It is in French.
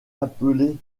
appelé